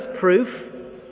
proof